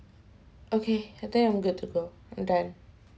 okay then I'm good to go and then